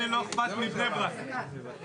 מהבריאות וכן הלאה.